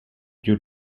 due